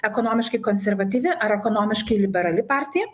ekonomiškai konservatyvi ar ekonomiškai liberali partija